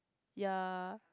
ya